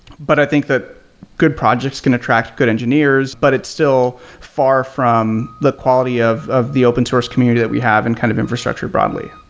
but i think that good projects can attract good engineers, but it's still far from the quality of of the open source community that we have and kind of infrastructure broadly.